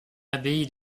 abbaye